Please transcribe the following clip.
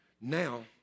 now